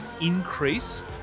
increase